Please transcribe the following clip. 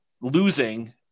losing